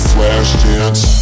Flashdance